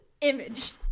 Image